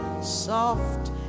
soft